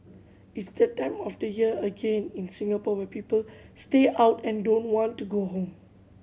it's that time of the year again in Singapore where people stay out and don't want to go home